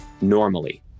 normally